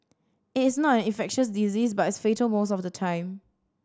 it is not an infectious disease but it's fatal most of the time